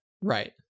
right